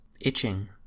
itching